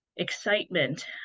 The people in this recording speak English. excitement